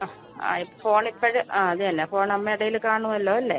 ആ ആ ഫോണിപ്പോൾ ആ അത് തന്നെ ഫോണമ്മേടേൽ കാണുമല്ലോ അല്ലേ